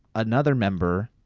another member,